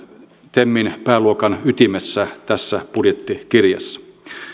temin pääluokan ytimessä tässä budjettikirjassa